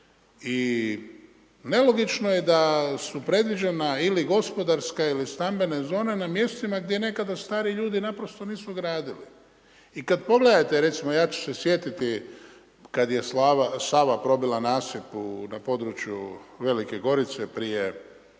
i nelogično je da su predviđena ili gospodarska ili stambena zona, na mjestima gdje nekada striji ljudi, naprosto nisu gradili. I kada pogledate, recimo, ja ću se sjetiti, kada je Sava probila nasip na području Velike Gorice, prije